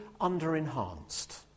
under-enhanced